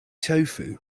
tofu